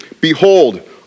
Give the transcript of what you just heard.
Behold